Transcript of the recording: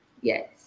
Yes